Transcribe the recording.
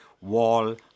Wall